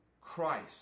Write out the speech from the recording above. Christ